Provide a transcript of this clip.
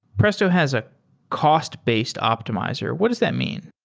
presto has a cost-based optimizer. what does that mean?